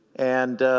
and